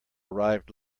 arrived